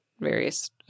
various